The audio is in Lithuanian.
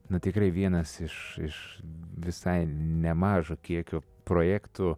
na tikrai vienas iš iš visai nemažo kiekio projektų